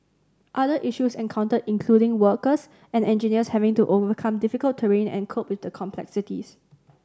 other issues encountered included workers and engineers having to overcome difficult terrain and cope with the complexities